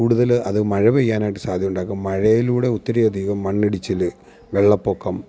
കൂടുതല് അത് മഴപെയ്യാനായിട്ട് സാധ്യതയുണ്ടാക്കും മഴയിലൂടെ ഒത്തിരി അധികം മണ്ണിടിച്ചില് വെള്ളപ്പൊക്കം